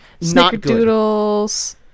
snickerdoodles